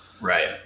Right